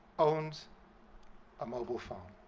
owns a mobile phone.